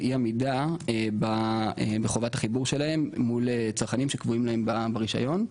אי עמידה בחובת החיבור שלהם מול צרכנים שקבועים להם ברישיון.